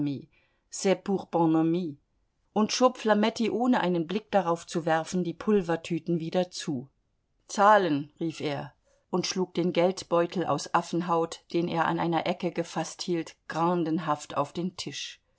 bonhomie und schob flametti ohne einen blick darauf zu werfen die pulvertüten wieder zu zahlen rief er und schlug den geldbeutel aus affenhaut den er an einer ecke gefaßt hielt grandenhaft auf den tisch